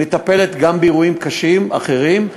היא מטפלת גם באירועים קשים אחרים,